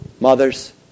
Mothers